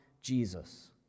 Jesus